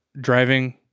driving